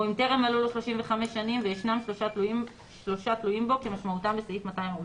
או אם טרם מלאו לו 35 שנים וישנם שלושה תלויים בו כמשמעותם בסעיף 247,